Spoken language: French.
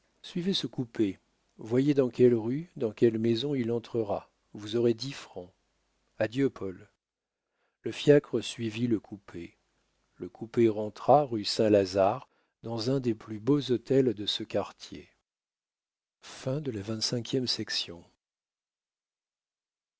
suivez ce coupé voyez dans quelle rue dans quelle maison il entrera vous aurez dix francs adieu paul le fiacre suivit le coupé le coupé rentra rue saint-lazare dans un des plus beaux hôtels de ce quartier